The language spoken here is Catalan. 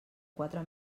quatre